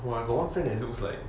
!wah! I got one friend that looks like